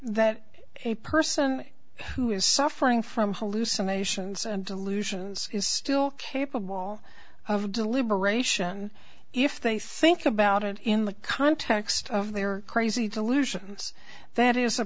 that a person who is suffering from hallucinations and delusions is still capable of deliberation if they think about it in the context of their crazy delusions that is a